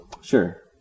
Sure